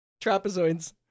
trapezoids